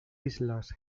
islas